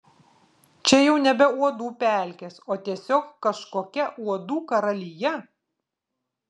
čia jau nebe uodų pelkės o tiesiog kažkokia uodų karalija